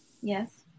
Yes